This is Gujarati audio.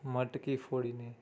મટકી ફોડીને